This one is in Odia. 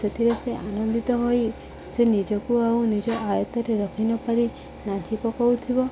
ସେଥିରେ ସେ ଆନନ୍ଦିତ ହୋଇ ସେ ନିଜକୁ ଆଉ ନିଜ ଆୟତ୍ତରେ ରଖି ନ ପାରି ନାଚି ପକଉଥିବ